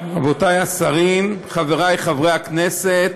רבותי השרים, חברי חברי הכנסת,